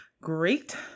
great